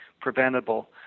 preventable